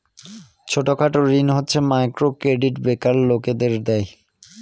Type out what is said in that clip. ছোট খাটো ঋণ হচ্ছে মাইক্রো ক্রেডিট বেকার লোকদের দেয়